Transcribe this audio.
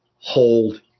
hold